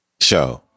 Show